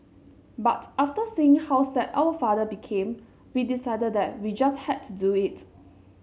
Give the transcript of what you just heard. but after seeing how sad our father became we decided that we just had to do it